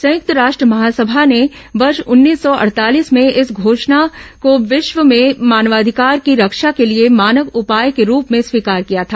संयुक्त राष्ट्र महासभा ने वर्ष उन्नीस सौ अडतालीस में इस घोषणा को विश्व में मानवाधिकारों की रक्षा के लिए मानक उपाय के रूप में स्वीकार किया था